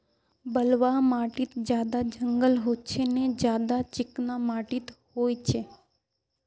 बलवाह माटित ज्यादा जंगल होचे ने ज्यादा चिकना माटित होचए?